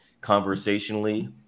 conversationally